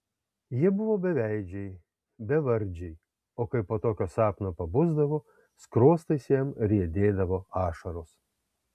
jie buvo beveidžiai bevardžiai o kai po tokio sapno pabusdavo skruostais jam riedėdavo ašaros